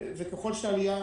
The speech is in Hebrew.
וככלל שעלייה,